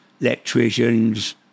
electricians